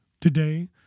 Today